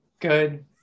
Good